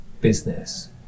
business